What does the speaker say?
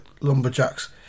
lumberjacks